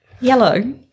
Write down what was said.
Yellow